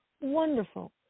wonderful